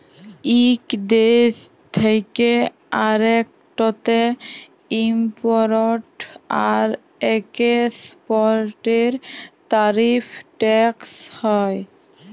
ইক দ্যেশ থ্যাকে আরেকটতে ইমপরট আর একেসপরটের তারিফ টেকস হ্যয়